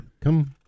Come